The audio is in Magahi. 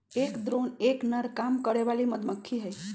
एक ड्रोन एक नर काम करे वाली मधुमक्खी हई